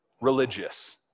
religious